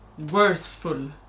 worthful